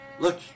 Look